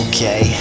Okay